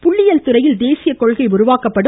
புள்ளியியல் துறையில் தேசிய கொள்கை உருவாக்கப்படும்